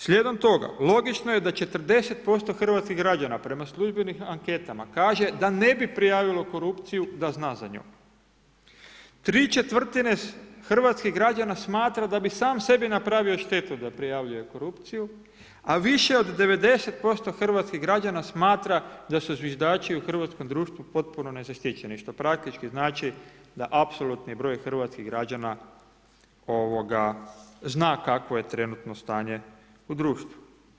Slijedom toga, logično je da 40% hrvatskih građana, prema službenim anketama kaže da ne bi prijavilo korupciju da zna za nju. ¾ hrvatskih građana smatra da bi sam sebi napravio štetu da prijavljuje korupciju, a više od 90% hrvatskih građana smatra da su zviždači u hrvatskom društvu potpuno nezaštićeni, što praktički znači da apsolutni broj hrvatskih građana zna kakvo je trenutno stanje u društvu.